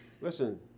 Listen